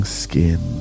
skin